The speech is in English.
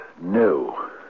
No